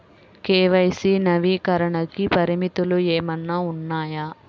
KYC నవీకరణకి పరిమితులు ఏమన్నా ఉన్నాయా?